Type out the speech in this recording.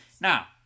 Now